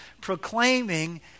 proclaiming